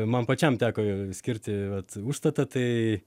man pačiam teko skirti vat užstatą tai